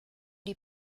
die